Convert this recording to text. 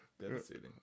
devastating